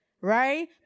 right